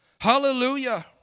Hallelujah